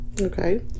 Okay